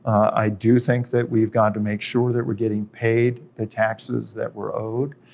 i do think that we've got to make sure that we're getting paid the taxes that we're owed,